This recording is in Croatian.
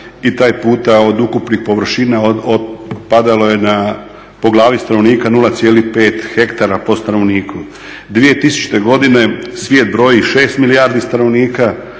i taj puta od ukupnih površina otpadalo je na po glavi stanovnika 0,5 hektara po stanovniku. 2000. godine svijet broji 6 milijardi stanovnika,